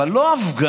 אבל לא הפגנות